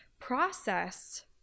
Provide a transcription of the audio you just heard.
process